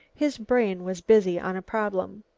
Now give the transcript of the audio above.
his brain was busy on a problem.